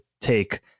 take